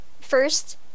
First